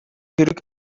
хэрэг